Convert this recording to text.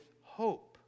hope